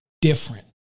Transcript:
different